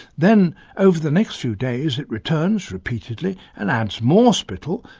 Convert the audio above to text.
then over the next few days it returns repeatedly and adds more spittle,